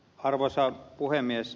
arvoisa puhemies